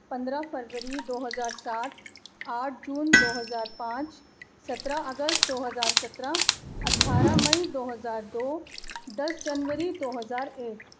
پندرہ فروری دو ہزار سات آٹھ جون دو ہزار پانچ سترہ اگست دو ہزار سترہ اٹھارہ مئی دو ہزار دو دس جنوری دو ہزار ایک